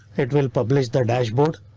it will publish the dashboard.